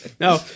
No